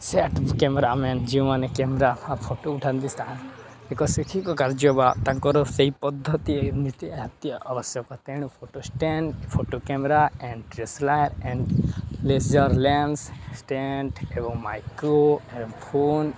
ସେଟ cameramen ଯେଉଁମାନେ camera ବା photo ଉଠାନ୍ତି ତା' ଏକ ଶିକ୍ଷିକ କାର୍ଯ୍ୟ ବା ତାଙ୍କର ସେଇ ପଦ୍ଧତି ନିତି ଆତି ଆବଶ୍ୟକ ତେଣୁ photo stand photo camera and ଟ୍ରେସଲାଣ୍ଡ ଲେଜର ଲେନ୍ସ ଷ୍ଟାଣ୍ଡ ଏବଂ ମାଇକ୍ରୋଫୋନ୍